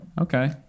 Okay